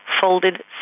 folded